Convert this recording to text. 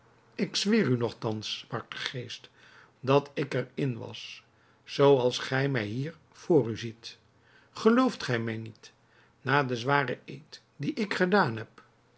ik zweer u nogthans sprak de geest dat ik er in was zoo als gij mij hier voor u ziet gelooft gij mij niet na den zwaren eed dien ik gedaan heb